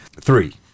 three